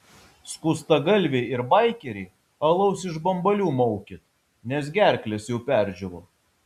skustagalviai ir baikeriai alaus iš bambalių maukit nes gerklės jau perdžiūvo